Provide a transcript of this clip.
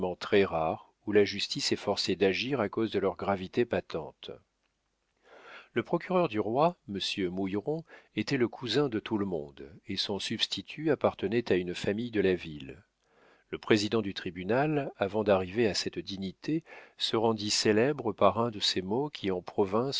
naturellement très rares où la justice est forcée d'agir à cause de leur gravité patente le procureur du roi monsieur mouilleron était le cousin de tout le monde et son substitut appartenait à une famille de la ville le président du tribunal avant d'arriver à cette dignité se rendit célèbre par un de ces mots qui en province